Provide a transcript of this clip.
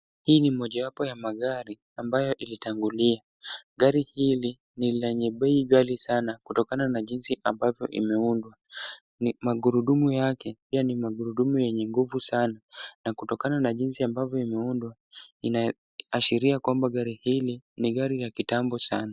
Hii ni moja wapo ya magari ambayo ilitangulia. Gari hili ni lenye bei ghali sana kutokana na jinsi ambavyo imeundwa. Magurudumu yake pia ni magurudumu yenye nguvu sana na kutokana na jinsi ambavyo imeundwa, inaashiria kwamba gari hili ni gari la kitambo sana.